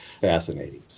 fascinating